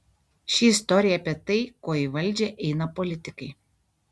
ši istorija apie tai ko į valdžią eina politikai